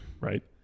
right